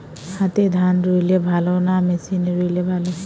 হাতে ধান রুইলে ভালো না মেশিনে রুইলে ভালো?